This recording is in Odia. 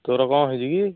ତୋର କ'ଣ ହେଇଛି କି